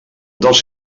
dels